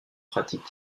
pratique